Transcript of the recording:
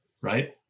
right